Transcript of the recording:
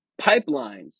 pipelines